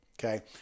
Okay